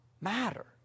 matter